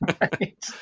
right